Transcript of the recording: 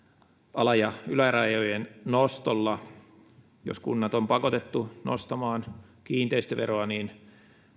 ala ja ylärajojen nostolla jos kunnat on pakotettu nostamaan kiinteistöveroa niin